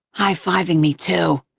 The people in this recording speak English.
high-fiving me, too.